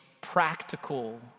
practical